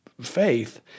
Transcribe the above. faith